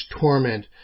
torment